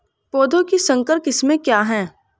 पौधों की संकर किस्में क्या हैं?